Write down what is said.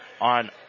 on